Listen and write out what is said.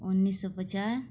उन्नीस सौ पचास